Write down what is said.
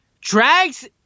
drags